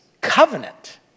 covenant